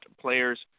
players